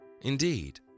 Indeed